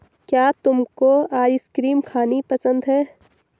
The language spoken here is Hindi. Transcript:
क्या तुमको आइसक्रीम खानी पसंद है?